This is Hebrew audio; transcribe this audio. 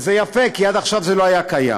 וזה יפה, כי עד עכשיו זה לא היה קיים.